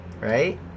right